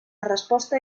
resposta